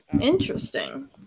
Interesting